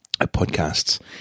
podcasts